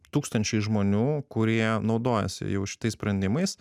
tūkstančiai žmonių kurie naudojasi jau šitais sprendimais